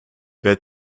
wer